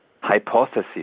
hypothesis